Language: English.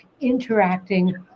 interacting